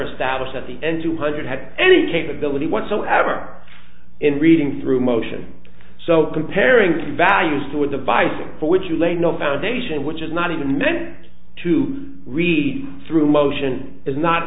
established at the end two hundred had any capability whatsoever in reading through motion so comparing the values to a device for which you lay no foundation which is not even meant to read through motion is not